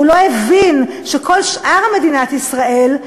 הוא לא הבין שכל שאר מדינת ישראל,